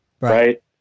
Right